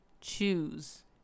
choose